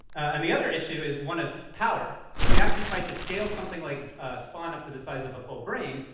and the other issue is one of power. if we actually tried to scale something like spaun up to the size of a full brain,